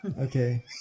Okay